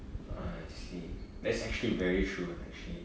I see that's actually very true actually